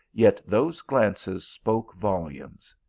yet those glances spoke volumes.